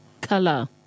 Color